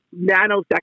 nanoseconds